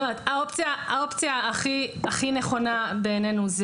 בעינינו האופציה הכי נכונה היא